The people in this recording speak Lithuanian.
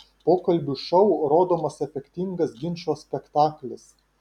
pokalbių šou rodomas efektingas ginčo spektaklis